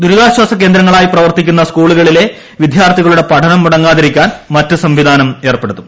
ദുരിതാശ്വാസ കേന്ദ്രങ്ങളായി പ്രവർത്തിക്കുന്ന സ്കൂളു കളിലെ വിദ്യാർത്ഥികളുടെ പഠനം മുടങ്ങാതിരിക്കാൻ മറ്റ് സംവിധാനം ഏർപ്പെടുത്തും